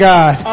God